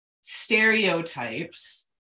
stereotypes